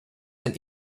and